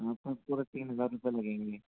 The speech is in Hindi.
आपका अब पूरे तीन हज़ार रुपए लगेंगे